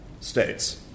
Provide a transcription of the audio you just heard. states